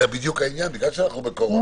זה בדיוק העניין, בגלל שאנחנו בקורונה.